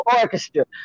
orchestra